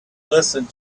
listened